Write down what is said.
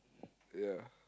ya